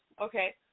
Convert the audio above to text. Okay